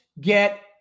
get